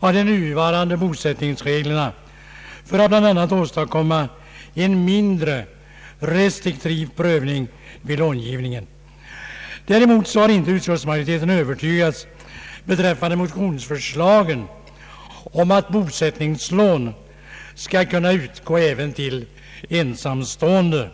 av de nuvarande bosättningsreglerna för att bland annat åstadkomma en mindre restriktiv prövning vid långivningen. Däremot har inte utskottsmajoriteten övertygats av de skäl som motionsledes anförts för att bosättningslån skall kunna utgå även till ensamstående.